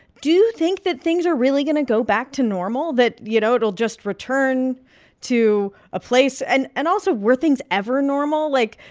do you think that things are really going to go back to normal, that, you know, it will just return to a place and and also, were things ever normal? like,